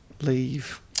leave